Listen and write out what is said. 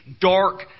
dark